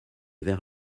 vers